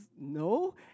no